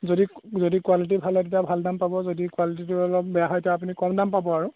যদি যদি কুৱালিটি ভাল হয় তেতিয়া ভাল দাম পাব যদি কুৱালিটিটো অলপ বেয়া হয় তেতিয়া আপুনি কম দাম পাব আৰু